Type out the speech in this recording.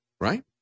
right